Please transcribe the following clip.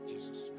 Jesus